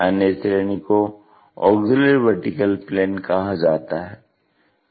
अन्य श्रेणी को ऑग्ज़िल्यरी वर्टीकल प्लेन कहा जाता है